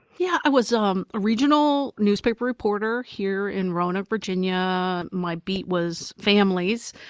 yeah, i was um a regional newspaper reporter here in roanoke, virginia. my beat was families.